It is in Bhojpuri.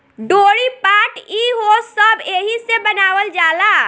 डोरी, पाट ई हो सब एहिसे बनावल जाला